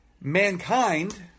mankind